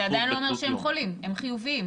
זה עדיין לא אומר שהם חולים, הם חיוביים.